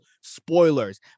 spoilers